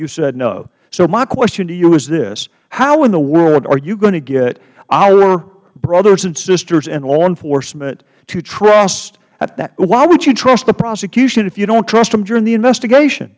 you said no so my question to you is this how in the world are you going to get our brothers and sisters in law enforcement to trusth why would you trust the prosecution if you don't trust them during the investigation